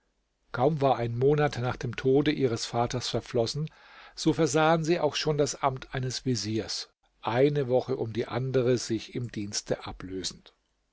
kaum war ein monat nach dem tode ihres vaters verflossen so versahen sie auch schon das amt eines veziers eine woche um die andere sich im dienste ablösend